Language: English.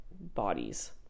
bodies